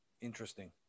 Interesting